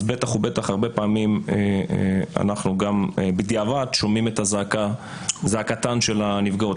אז בטח ובטח הרבה פעמים אנחנו בדיעבד שומעים את זעקתן של הנפגעות.